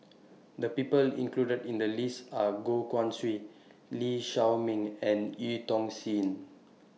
The People included in The list Are Goh Guan Siew Lee Shao Meng and EU Tong Sen